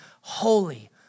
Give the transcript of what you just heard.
holy